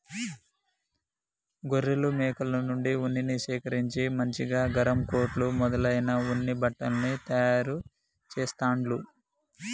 గొర్రెలు మేకల నుండి ఉన్నిని సేకరించి మంచిగా గరం కోట్లు మొదలైన ఉన్ని బట్టల్ని తయారు చెస్తాండ్లు